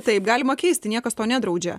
taip galima keisti niekas to nedraudžia